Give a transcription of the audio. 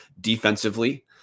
defensively